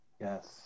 Yes